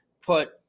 put